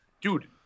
dude